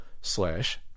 slash